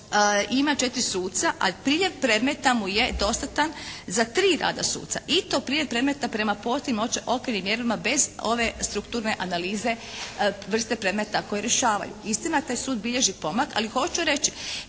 ima četiri suca a priljev predmeta mu je dostatan za tri rada suca i to priljev predmeta prema …/Govornik se ne razumije./… okvirnim mjerilima bez ove strukturne analize vrste predmeta koje rješavaju. Istina, taj sud bilježi pomak. Ali hoću reći,